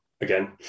again